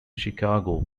chicago